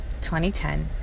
2010